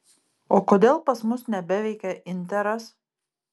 o kodėl pas mus nebeveikia interas